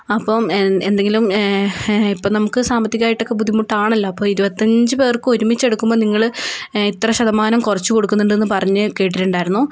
അപ്പം എന്തെങ്കിലും ഇപ്പോൾ നമുക്ക് സാമ്പത്തികമായിട്ടൊക്കെ ബുദ്ധിമുട്ടാണല്ലോ അപ്പോൾ ഇരുപത്തഞ്ചു പേർക്ക് ഒരുമിച്ചെടുക്കുമ്പോൾ നിങ്ങൾ ഇത്ര ശതമാനം കുറച്ച് കൊടുക്കുന്നുണ്ട് എന്നു പറഞ്ഞു കേട്ടിട്ടുണ്ടായിരുന്നു